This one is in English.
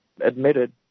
admitted